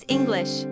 English